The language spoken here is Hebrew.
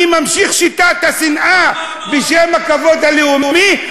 אני ממשיך את שיטת השנאה בשם הכבוד הלאומי,